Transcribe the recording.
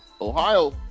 Ohio